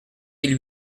mille